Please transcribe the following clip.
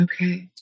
Okay